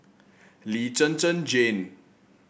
Lee Zhen Zhen Jane